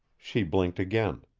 she blinked again.